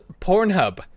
Pornhub